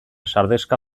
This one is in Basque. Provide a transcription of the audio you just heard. sardexka